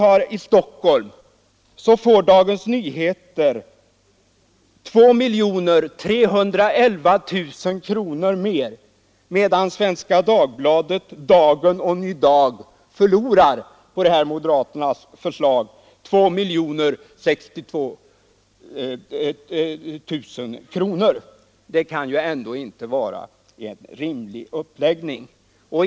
I Stockholm skulle Dagens Nyheter få 2 311 000 kronor mer, medan Svenska Dagbladet, Dagen och Ny Dag förlorar 2 062 000 kronor på detta förslag från moderaterna. Det kan ändå inte vara en rimlig uppläggning.